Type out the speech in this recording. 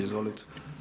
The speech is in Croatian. Izvolite.